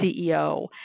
CEO